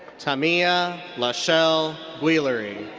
tamia lashell guillory.